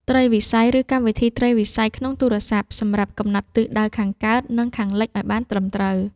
ត្រីវិស័យ ឬកម្មវិធីត្រីវិស័យក្នុងទូរសព្ទ សម្រាប់កំណត់ទិសដៅខាងកើត និងខាងលិចឱ្យបានត្រឹមត្រូវ។